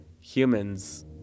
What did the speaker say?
Humans